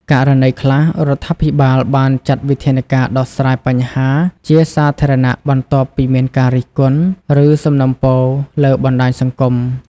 ករណីខ្លះ រដ្ឋាភិបាលបានចាត់វិធានការដោះស្រាយបញ្ហាជាសាធារណៈបន្ទាប់ពីមានការរិះគន់ ឬសំណូមពរលើបណ្តាញសង្គម។